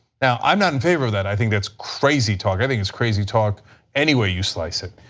now, i'm not in favor of that, i think that's crazy talk, i think it's crazy talk anyway you slice it,